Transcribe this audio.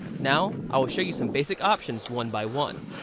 now i will show you some basic options one by one.